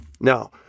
Now